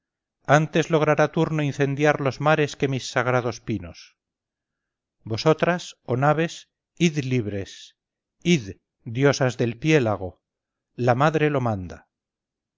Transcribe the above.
antes logrará turno incendiar los mares que mis sagrados pinos vosotras oh naves id libres id diosas del piélago la madre lo manda